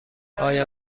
آیا